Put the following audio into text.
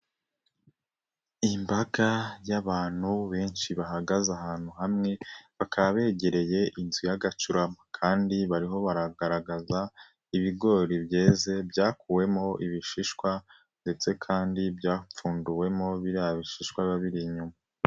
Imbaga y'abantu benshi bahagaze ahantu hamwe, bakaba begereye inzu y'agacurama kandi bariho baragaragaza ibigori byeze, byakuwemo ibishishwa ndetse kandi byapfunduwemo biriya bishishwa biba biri inyuma.